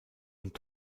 und